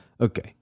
okay